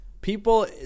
People